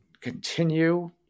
continue